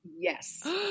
Yes